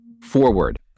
forward